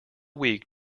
weak